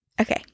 Okay